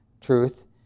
truth